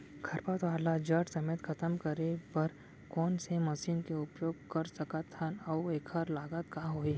खरपतवार ला जड़ समेत खतम करे बर कोन से मशीन के उपयोग कर सकत हन अऊ एखर लागत का होही?